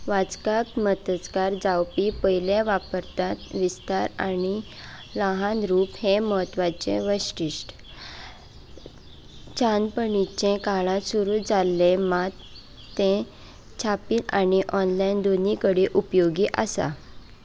वाचकांक मजतकार जावपी पयल्या वापरतात विस्तार आनी ल्हान रूप हें म्हत्वाचें वैशिश्ट्य छानपणीचें काळांत सुरू जाल्लें मात तें छापील आनी ऑनलायन दोनी कडेन उपयोगी आसा